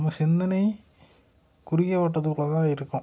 நம்ம சிந்தனை குறுகிய வட்டத்துக்குள்ளே தான் இருக்கும்